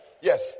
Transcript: Yes